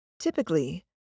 Typically